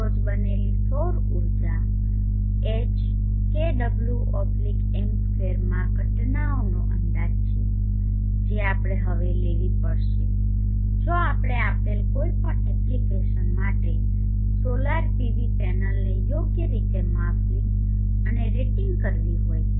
દરરોજ બનેલી સૌર ઊર્જા H kWm2 માં ઘટનાનો અંદાજ છે જે આપણે હવે લેવી પડશે જો આપણે આપેલ કોઈપણ એપ્લિકેશન માટે સોલાર PV પેનલને યોગ્ય રીતે માપવી અને રેટિંગ કરવી હોય તો